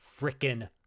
frickin